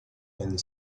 and